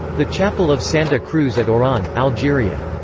the chapel of santa cruz at oran, algeria.